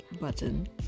button